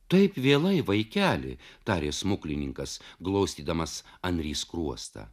taip vėlai vaikeli tarė smuklininkas glostydamas anry skruostą